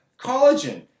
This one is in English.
Collagen